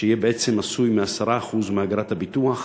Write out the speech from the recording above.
שהוא יהיה בעצם עשוי מ-10% מאגרת הביטוח,